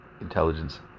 intelligence